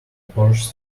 porch